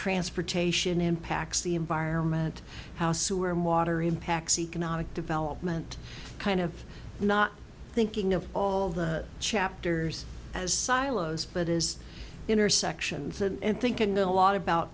transportation impacts the environment how sewer and water impacts economic development kind of not thinking of all the chapters as silos but as intersections and thinking a lot about